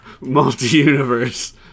multi-universe